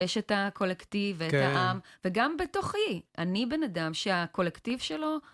יש את הקולקטיב ואת העם, וגם בתוכי אני בן אדם שהקולקטיב שלו...